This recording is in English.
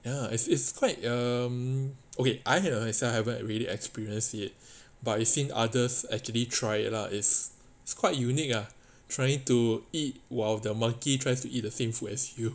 ya it's it's quite um okay I myself haven't really experience it but I've seen others actually try it lah is quite unique ah trying to eat while the monkey tries to eat the same food as you